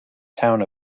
town